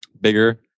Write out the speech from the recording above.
bigger